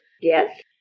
Yes